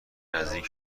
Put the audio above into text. نزدیک